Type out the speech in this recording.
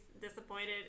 disappointed